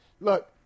look